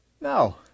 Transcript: no